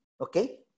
okay